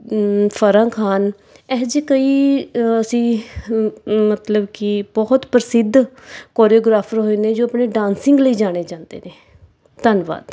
ਫ਼ਰਾ ਖਾਨ ਇਹੋ ਜਿਹੇ ਕਈ ਅਸੀਂ ਮਤਲਬ ਕਿ ਬਹੁਤ ਪ੍ਰਸਿੱਧ ਕੋਰਿਓਗ੍ਰਾਫ਼ਰ ਹੋਏ ਨੇ ਜੋ ਆਪਣੇ ਡਾਂਸਿੰਗ ਲਈ ਜਾਣੇ ਜਾਂਦੇ ਨੇ ਧੰਨਵਾਦ